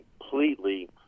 completely